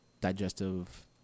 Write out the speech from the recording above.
digestive